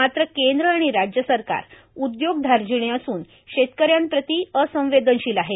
मात्र केंद्र आणि राज्य सरकार उद्योग धारजिणे असून शेतकऱ्यांप्रती असंवेदनशील आहे